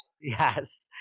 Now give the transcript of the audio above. Yes